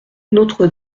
notre